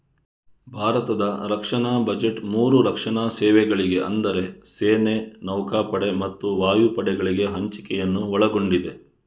ಭಾರತದ ರಕ್ಷಣಾ ಬಜೆಟ್ ಮೂರು ರಕ್ಷಣಾ ಸೇವೆಗಳಿಗೆ ಅಂದರೆ ಸೇನೆ, ನೌಕಾಪಡೆ ಮತ್ತು ವಾಯುಪಡೆಗಳಿಗೆ ಹಂಚಿಕೆಯನ್ನು ಒಳಗೊಂಡಿದೆ